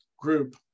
group